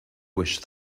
wish